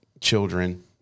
children